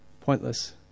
pointless